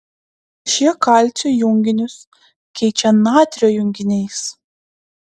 šie kalcio junginius keičia natrio junginiais